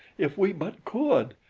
if we but could!